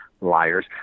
liars